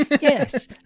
Yes